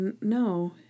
no